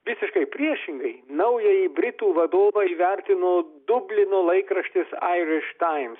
visiškai priešingai naująjį britų vadovą įvertino dublino laikraštis irish times